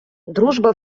дружба